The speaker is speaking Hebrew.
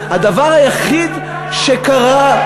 הדבר היחיד שקרה,